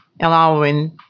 allowing